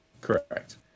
correct